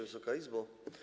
Wysoka Izbo!